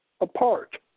apart